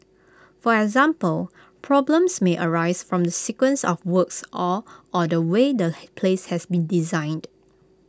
for example problems may arise from the sequence of works or or the way the place has been designed